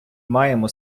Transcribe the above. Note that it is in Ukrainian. маємо